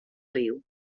riu